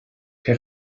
que